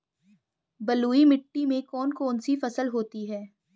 बलुई मिट्टी में कौन कौन सी फसल होती हैं?